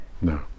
No